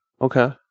Okay